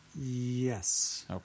yes